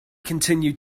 continued